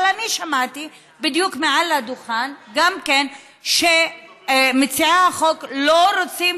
אבל אני שמעתי בדיוק מעל הדוכן גם שמציעי החוק לא רוצים